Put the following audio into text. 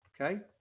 okay